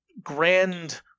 Grand